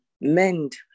mend